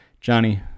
johnny